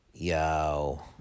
Yo